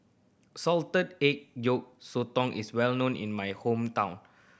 salted egg yolk sotong is well known in my hometown